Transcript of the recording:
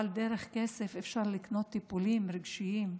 אבל עם כסף אפשר לקנות טיפולים רגשיים,